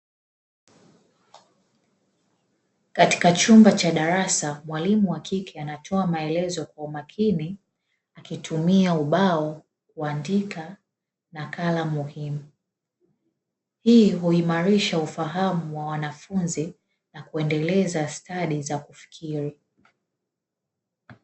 Katika chumba cha darasa, mwalimu wa kike anatoa maelezo kwa makini akitumia ubao kuandika nakala muhimu. Hii huimarisha ufahamu wa wanafunzi na kuendeleza stadi za kufikiri.